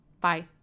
Bye